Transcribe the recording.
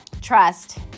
trust